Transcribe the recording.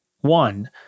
One